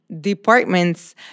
departments